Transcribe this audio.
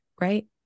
right